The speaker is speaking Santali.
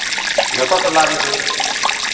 ᱡᱚᱛᱚ ᱴᱚᱞᱟ ᱨᱮᱜᱮ